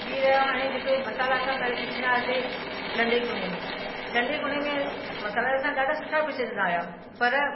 ॿी रहियो हाणे जेके मसाला असां पहिरें पीसंदा हुआसीं डंडे कुंडे में डंडे कुंडे में मसाला असां ॾाढा सुठा पिसजंदा हुया पर